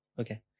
Okay